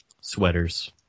Sweaters